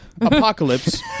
Apocalypse